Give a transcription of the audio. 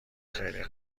خیلی